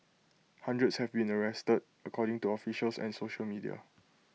hundreds have been arrested according to officials and social media